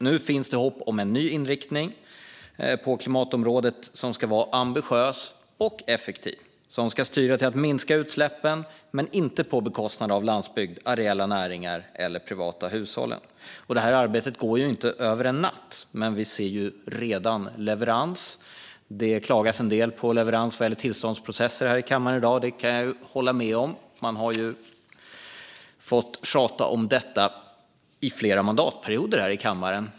Nu finns det hopp om en ny inriktning på klimatområdet som ska vara ambitiös och effektiv. Den ska styra mot att minska utsläppen, men inte på bekostnad av landsbygden, de areella näringarna eller de privata hushållen. Detta arbete går inte över en natt, men vi ser redan leverans. Det klagas en del här i kammaren i dag på leveransen vad gäller tillståndsprocesser, och där kan jag hålla med. Man har ju fått tjata om detta i flera mandatperioder här i kammaren.